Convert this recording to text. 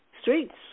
Streets